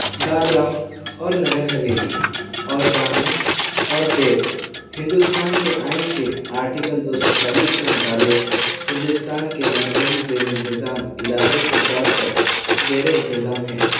دادرا اور نگر حویلی اور دامن اور دیو ہندوستان کے آئین کے آرٹیکل دو سو چالیس کے مطابق ہندوستان کے مرکزی زیر انتظام علاقے کے طور پر زیر انتظام ہے